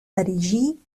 erigir